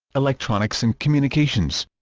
electronics and communications